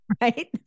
Right